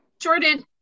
Jordan